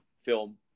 film